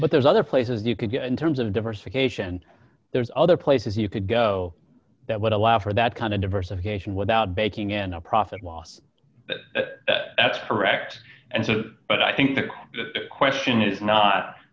but there's other places you could get in terms of diversification there's other places you could go that would allow for that kind of diversification without taking in a profit loss that's correct and so but i think the question is not